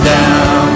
down